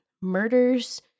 murders